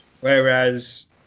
whereas